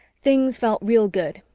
things felt real good,